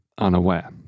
unaware